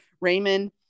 raymond